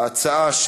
ההצעה,